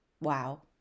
wow